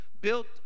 built